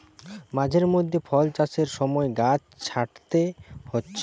মাঝে মধ্যে ফল চাষের সময় গাছ ছাঁটতে হচ্ছে